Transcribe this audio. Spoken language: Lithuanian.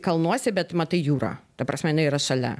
kalnuose bet matai jūrą ta prasme jinai yra šalia